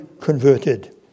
converted